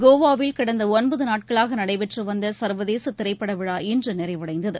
கோவாவில் கடந்த ஒன்பது நாட்களாக நடைபெற்று வந்த சர்வதேச திரைப்பட விழா இன்று நிறைவடைந்தது